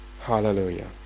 Hallelujah